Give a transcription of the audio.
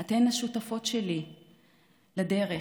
אתן השותפות שלי לדרך.